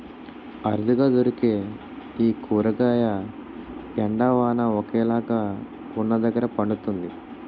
అరుదుగా దొరికే ఈ కూరగాయ ఎండ, వాన ఒకేలాగా వున్నదగ్గర పండుతుంది